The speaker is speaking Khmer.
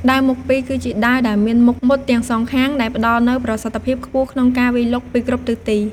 ដាវមុខពីរ គឺជាដាវដែលមានមុខមុតទាំងសងខាង ដែលផ្ដល់នូវប្រសិទ្ធភាពខ្ពស់ក្នុងការវាយលុកពីគ្រប់ទិសទី។